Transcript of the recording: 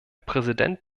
präsident